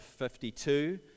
52